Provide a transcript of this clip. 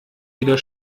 wieder